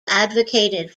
advocated